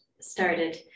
started